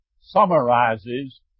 summarizes